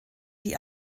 die